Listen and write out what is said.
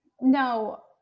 No